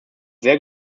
sehr